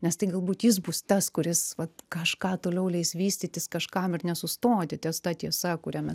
nes tai galbūt jis bus tas kuris vat kažką toliau leis vystytis kažkam ir nesustoti ties ta tiesa kurią mes